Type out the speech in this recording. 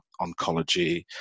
oncology